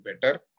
better